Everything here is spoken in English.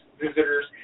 visitors